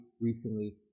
recently